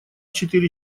четыре